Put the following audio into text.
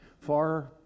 far